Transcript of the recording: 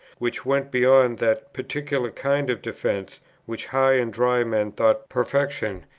which went beyond that particular kind of defence which high-and-dry men thought perfection,